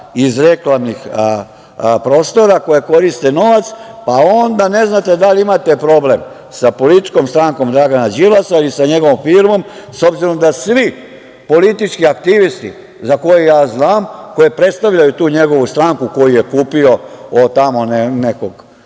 iz reklamnih prostora i onda ne znate da li imate problem sa političkom strankom Dragana Đilasa ili sa njegovom firmom, s obzirom da svi politički aktivisti za koje ja znam, koji predstavljaju tu njegovu stranku koju je kupio od tamo nekog